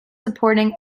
supporting